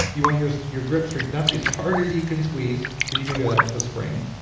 you want your your grip strength not to be as hard as you can squeeze, because you can do that with a spring,